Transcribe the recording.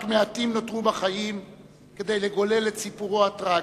רק מעטים נותרו בחיים כדי לגולל את סיפורו הטרגי.